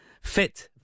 FIT